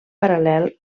paral·lel